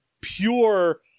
pure